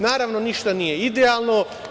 Naravno, ništa nije idealno.